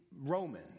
Roman